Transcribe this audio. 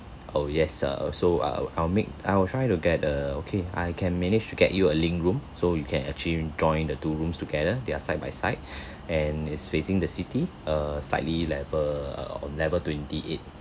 oh yes err so I'll I'll make I will try to get a okay I can manage to get you a link room so you can actually joined the two rooms together they're side by side and it's facing the city err slightly level err on level twenty eight